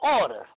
Order